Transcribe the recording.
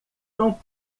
não